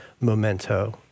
Memento